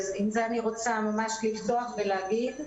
עם זה אני רוצה לפתוח ולהגיד.